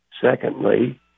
Secondly